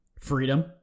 Freedom